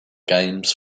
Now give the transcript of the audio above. games